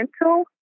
mental